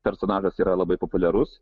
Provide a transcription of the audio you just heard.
personažas yra labai populiarus